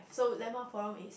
so landmark forum is